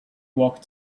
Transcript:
walked